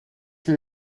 from